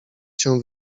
cię